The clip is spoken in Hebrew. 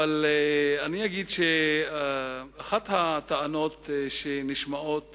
אבל אני אגיד שאחת הטענות שנשמעות